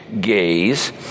gaze